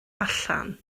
allan